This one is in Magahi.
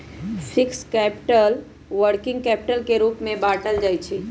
फिक्स्ड कैपिटल, वर्किंग कैपिटल के रूप में बाटल जाइ छइ